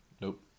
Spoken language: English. Nope